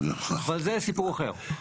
אבל זה סיפור אחר.